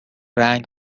رنگ